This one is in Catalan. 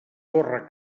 córrer